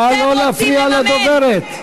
נא לא להפריע לדוברת.